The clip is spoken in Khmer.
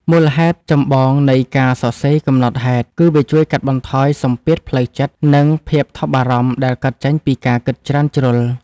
មូលហេតុចម្បងនៃការសរសេរកំណត់ហេតុ គឺវាជួយកាត់បន្ថយសម្ពាធផ្លូវចិត្ត និងភាពថប់បារម្ភដែលកើតចេញពីការគិតច្រើនជ្រុល។